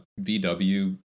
VW